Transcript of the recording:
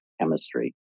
chemistry